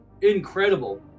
incredible